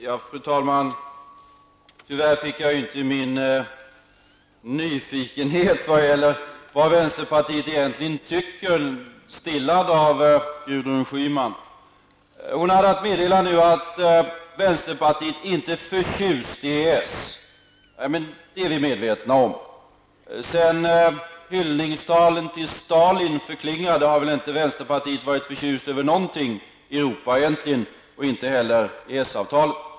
Fru talman! Tyvärr fick jag inte min nyfikenhet stillad av Gudrun Schyman när det gäller vad vänsterpartiet egentligen tycker. Hon hade att meddela att vänsterpartiet inte är förtjust i EES. Det är vi medvetna om. Sedan hyllningstalen till Stalin förklingade har väl vänsterpartiet egentligen inte varit förtjust över någonting i Europa, och inte heller i EES-avtalet.